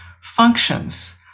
functions